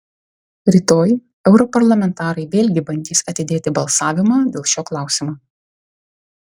rytoj europarlamentarai vėlgi bandys atidėti balsavimą dėl šio klausimo